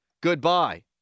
Goodbye